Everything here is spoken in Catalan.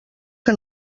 que